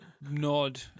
nod